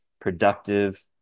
productive